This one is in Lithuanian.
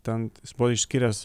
tent buvo iškiręs